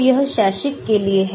तो यह शैक्षिक के लिए है